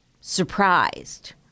surprised